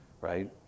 right